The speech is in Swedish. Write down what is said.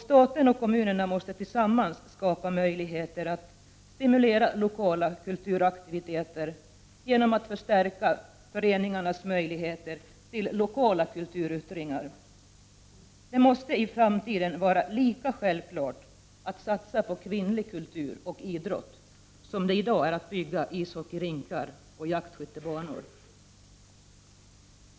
Staten och kommunerna måste tillsammans skapa möjligheter att stimulera lokala kulturaktiviteter genom att förstärka föreningslivets möjligheter till lokala kulturyttringar. Det måste i framtiden vara lika självklart att satsa på kvinnlig kultur och idrott som det i dag är att bygga ishockeyrinkar och jaktskyttebanor.